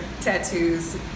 tattoos